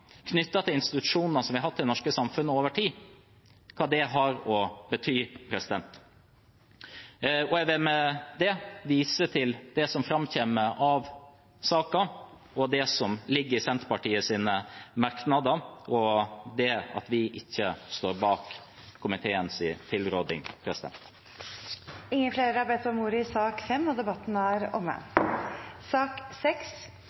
til institusjoner som vi har hatt i det norske samfunnet over tid, har å bety. Jeg vil med det vise til det som framkommer av saken, det som ligger i Senterpartiets merknader, og at vi ikke står bak komiteens tilrådning. Flere har ikke bedt om ordet til sak